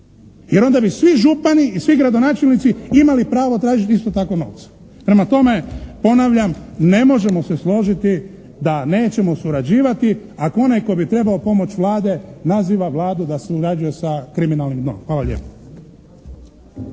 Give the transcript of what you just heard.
Jer onda bi svi župani i svi gradonačelnici imali pravo tražiti isto tako novce. Prema tome ponavljam ne možemo se složiti da nećemo surađivati, ako onaj tko bi trebao pomoć Vlade naziva Vladu da surađuje sa kriminalnim dnom. Hvala